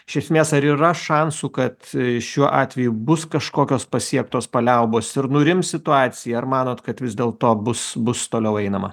iš esmės ar yra šansų kad šiuo atveju bus kažkokios pasiektos paliaubos ir nurims situacija ar manot kad vis dėlto bus bus toliau einama